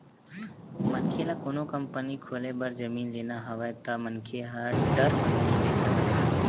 मनखे ल कोनो कंपनी खोले बर जमीन लेना हवय त मनखे ह टर्म लोन ले सकत हे